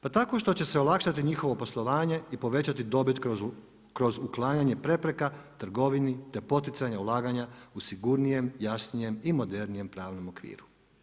Pa tako što će se olakšati njihovo poslovanje i povećati dobit kroz uklanjanje prepreka trgovini te poticanje ulaganja u sigurnijem, jasnijem i modernijem pravnom okviru.